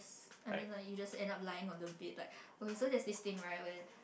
I mean like you just end up lying on the bed like okay so there's this thing right where